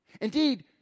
Indeed